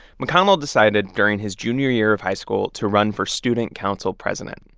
mcconnell decided during his junior year of high school to run for student council president.